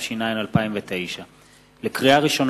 התש"ע 2009. לקריאה ראשונה,